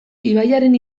ibaiaren